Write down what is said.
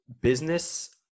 Business